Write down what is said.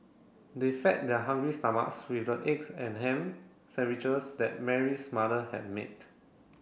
they fed their hungry stomachs with the eggs and ham sandwiches that Mary's mother had made